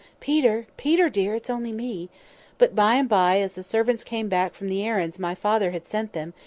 peter! peter, dear! it's only me but, by-and-by, as the servants came back from the errands my father had sent them,